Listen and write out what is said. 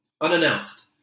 unannounced